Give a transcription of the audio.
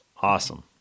Awesome